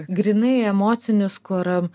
grynai emocinius kur